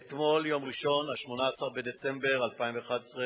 אתמול, יום ראשון, 18 בדצמבר 2011,